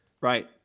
Right